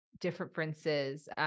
differences